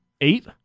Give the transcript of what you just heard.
eight